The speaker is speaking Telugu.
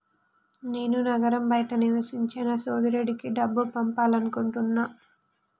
నేను నగరం బయట నివసించే నా సోదరుడికి డబ్బు పంపాలనుకుంటున్నా